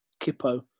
kippo